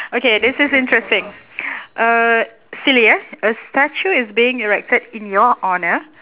okay this is interesting uh silly eh a statue is being erected in your honour